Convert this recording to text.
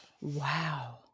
Wow